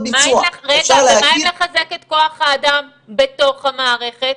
ומה עם לחזק את כוח האדם בתוך המערכת?